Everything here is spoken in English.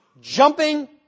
jumping